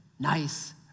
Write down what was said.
Nice